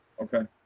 okay.